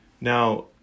Now